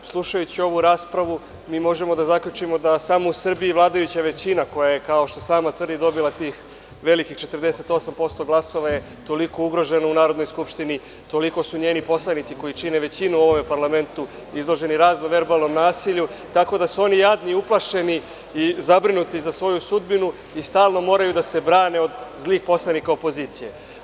Slušajući ovu raspravu, mi možemo da zaključimo da samo u Srbiji vladajuća većina koja je, kao što sama tvrdi, dobila tih velikih 48% glasova toliko ugrožena u Narodnoj skupštini, toliko su njeni poslanici, koji čine većinu, izloženi raznom verbalnom nasilju, tako da su oni jadni uplašeni i zabrinuti za svoju sudbinu i stalno moraju da se brane od zlih poslanika opozicije.